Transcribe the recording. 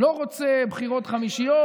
לא רוצה בחירות חמישיות,